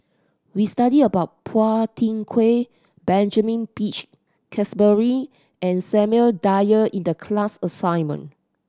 we studied about Phua Thin Kiay Benjamin Peach Keasberry and Samuel Dyer in the class assignment